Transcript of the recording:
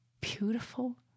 beautiful